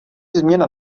změna